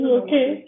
okay